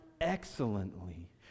excellently